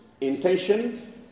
Intention